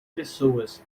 pessoas